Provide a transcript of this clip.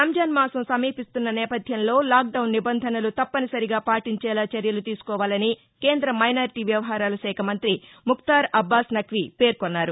రంజాన్ మాసం సమీపిస్తున్న నేపథ్యంలో లాక్డౌన్ నిబంధనలు తప్పనిసరిగా పాటించేలా చర్యలు తీసుకోవాలని కేంద్ర మైనారిటీ వ్యవహారాల శాఖ మంత్రి ముకార్ అబ్బాస్ నక్వీ పేర్కొన్నారు